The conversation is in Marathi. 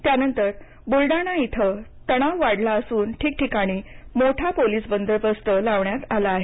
त्यांनतर बुलडाणा इथे तणाव वाढला असून ठिक ठिकाणी मोठा पोलिस बंदोबस्त लावण्यात आला आहे